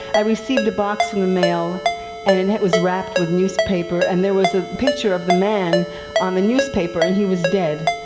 i received a box in the mail and and it was wrapped with newspaper and there was the picture of the man on the newspaper and he was dead.